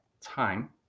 time